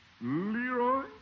Leroy